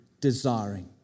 desiring